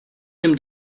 him